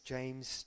James